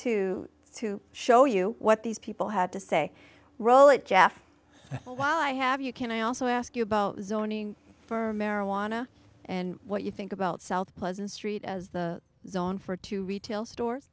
to to show you what these people had to say roll it jeff while i have you can i also ask you about zoning for marijuana and what you think about south pleasant street as the zone for two retail stores